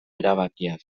erabakiak